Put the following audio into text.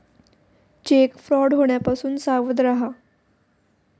check fraud होण्यापासून सावध रहा